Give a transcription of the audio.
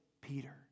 Peter